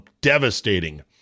devastating